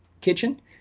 kitchen